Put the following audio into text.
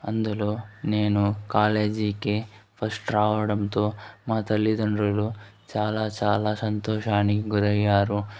అందులో నేను కాలేజీకి ఫస్ట్ రావడంతో మా తల్లిదండ్రులు చాలా చాలా సంతోషానికి గురయ్యారు